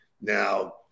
Now